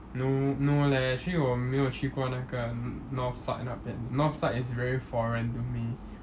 no no leh actually 我没有去过那个 n~ north side 那边 north side is very foreign to me